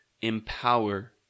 empower